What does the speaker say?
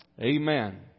Amen